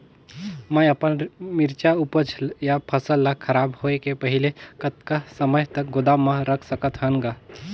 मैं अपन मिरचा ऊपज या फसल ला खराब होय के पहेली कतका समय तक गोदाम म रख सकथ हान ग?